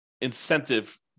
incentive